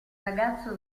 ragazzo